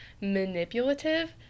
manipulative